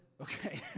okay